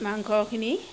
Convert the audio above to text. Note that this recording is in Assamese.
মাংসখিনি